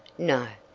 no?